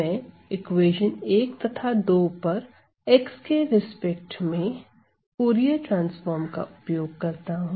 मैं इक्वेशन 1 तथा 2 पर x के रिस्पेक्ट में फूरिये ट्रांसफार्म का उपयोग करता हूं